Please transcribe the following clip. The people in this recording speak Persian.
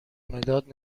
مداد